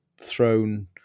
thrown